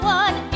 one